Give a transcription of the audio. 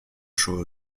chose